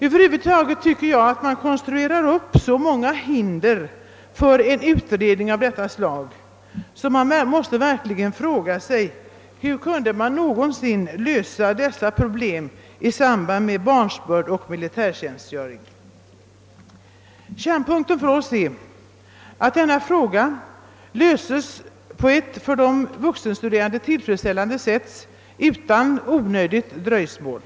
Över huvud taget konstrueras enligt min mening så många hinder för en utredning av detta slag att man verkligen måste fråga sig hur motsvarande problem någonsin kunde lösas i samband med barnsbörd och militärtjänstgöring. Kärnpunkten för oss är att denna fråga löses på ett för de vuxenstuderande tillfredsställande sätt utan onödigt dröjsmål.